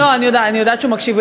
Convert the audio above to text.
אני יודעת שהוא מקשיב.